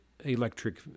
electric